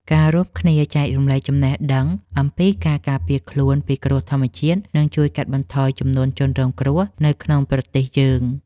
ការរួមគ្នាចែករំលែកចំណេះដឹងអំពីការការពារខ្លួនពីគ្រោះធម្មជាតិនឹងជួយកាត់បន្ថយចំនួនជនរងគ្រោះនៅក្នុងប្រទេសយើង។